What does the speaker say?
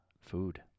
food